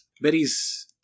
Betty's